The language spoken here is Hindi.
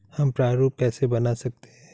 हम प्रारूप कैसे बना सकते हैं?